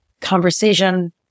conversation